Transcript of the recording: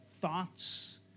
thoughts